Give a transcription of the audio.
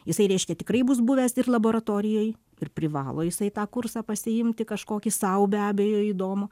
jisai reiškia tikrai bus buvęs ir laboratorijoj ir privalo jisai tą kursą pasiimti kažkokį sau be abejo įdomu